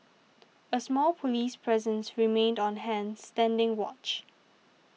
a small police presence remained on hand standing watch